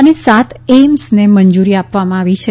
અને સાત એઇમ્સને મંજુરી આપવામાં આવી છે